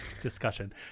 Discussion